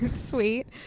Sweet